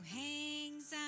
hangs